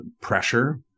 pressure